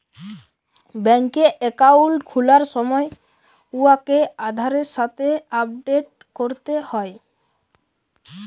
ব্যাংকে একাউল্ট খুলার সময় উয়াকে আধারের সাথে আপডেট ক্যরতে হ্যয়